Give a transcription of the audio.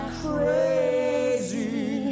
crazy